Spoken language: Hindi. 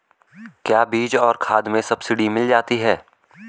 क्या बीज और खाद में सब्सिडी मिल जाती है?